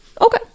okay